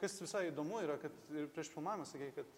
kas visai įdomu yra kad ir prieš filmavimą sakei kad